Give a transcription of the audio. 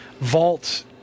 vault